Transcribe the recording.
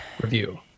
review